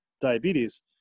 diabetes